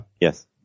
Yes